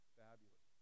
fabulous